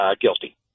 guilty